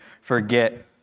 forget